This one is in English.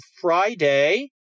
Friday